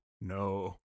no